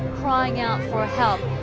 crying out for help.